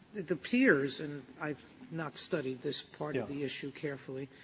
it appears, and i've not studied this part of the issue carefully,